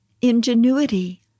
ingenuity